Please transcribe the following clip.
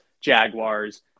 Jaguars